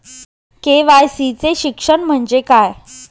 KYC चे शिक्षण म्हणजे काय?